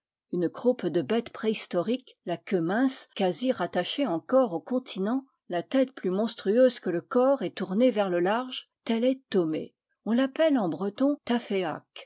une croupe de bête préhistorique la queue mince quasi rattachée encore an continent la tête plus monstrueuse que le corps et tournée vers le large telle est tomé on l'appelle en breton taféak